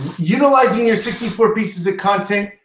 utilizing your sixty four pieces of content.